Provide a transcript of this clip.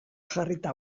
jarrita